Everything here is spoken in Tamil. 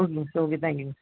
ஓகேங்க சார் ஓகே தேங்க்யூங்க